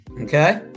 Okay